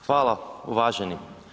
Hvala uvaženi.